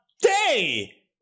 day